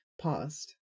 paused